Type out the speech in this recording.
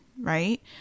right